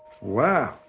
wow.